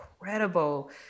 incredible